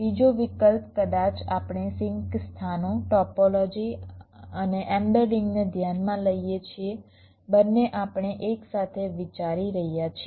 બીજો વિકલ્પ કદાચ આપણે સિંક સ્થાનો ટોપોલોજી અને એમ્બેડિંગને ધ્યાનમાં લઈએ છીએ બંને આપણે એક સાથે વિચારી રહ્યા છીએ